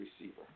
receiver